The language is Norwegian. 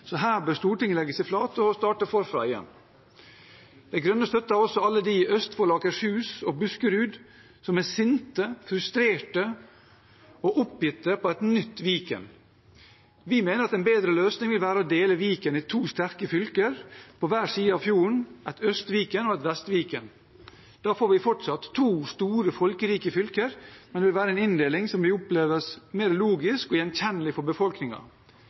Så her bør Stortinget legge seg flat og starte forfra igjen. De Grønne støtter også alle dem i Østfold, Akershus og Buskerud som er sinte, frustrerte og oppgitt over et nytt Viken. Vi mener at en bedre løsning vil være å dele Viken i to sterke fylker på hver side av fjorden – et Øst-Viken og et Vest-Viken. Da får vi fortsatt to store, folkerike fylker, men det vil være en inndeling som vil oppleves som mer logisk og gjenkjennelig for